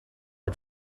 are